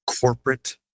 corporate